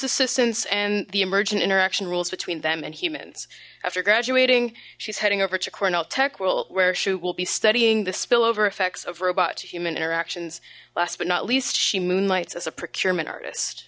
assistance and the emergent interaction rules between them and humans after graduating she's heading over to cornell tech world where she will be studying the spillover effects of robot to human interactions last but not least she moonlights as a